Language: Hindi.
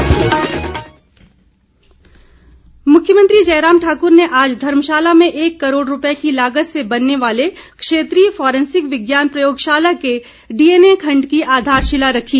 मुख्यमंत्री मुख्यमंत्री जयराम ठाकुर ने आज धर्मशाला में एक करोड़ रूपये की लागत से बनने वाले क्षेत्रीय फॉरेंसिक विज्ञान प्रयोगशाला के डीएनए खंड की आधारशिला रखी